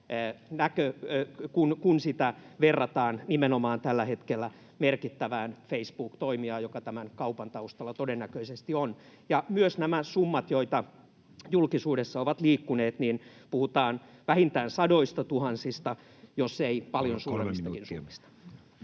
kun sitä verrataan nimenomaan tällä hetkellä merkittävään Facebook-toimijaan, joka tämän kaupan taustalla todennäköisesti on. Myös näissä summissa, joita julkisuudessa on liikkunut, puhutaan vähintään sadoista tuhansista, [Puhemies: